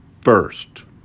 first